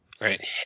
Right